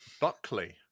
Buckley